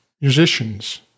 musicians